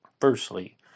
firstly